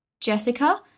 Jessica